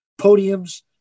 podiums